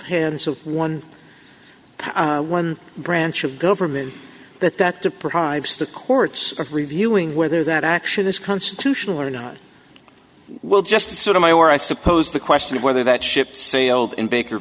hands of one one branch of government that that deprives the courts of reviewing whether that action is constitutional or not well just to sort of my or i suppose the question of whether that ship sailed in baker